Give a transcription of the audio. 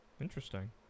interesting